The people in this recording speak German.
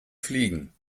fliegen